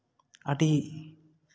ᱟᱹᱰᱤ